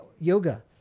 yoga